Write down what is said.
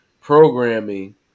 programming